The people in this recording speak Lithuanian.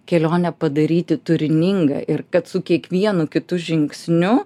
kelionę padaryti turiningą ir kad su kiekvienu kitu žingsniu